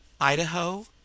Idaho